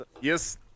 Yes